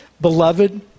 beloved